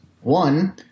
one